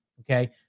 okay